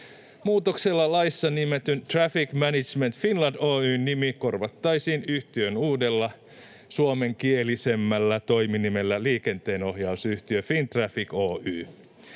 Muutoksella laissa nimetyn Traffic Management Finland Oy:n nimi korvattaisiin yhtiön uudella, suomenkielisemmällä toiminimellä Liikenteenohjausyhtiö Fintraffic Oy.